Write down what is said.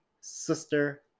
sister